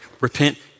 Repent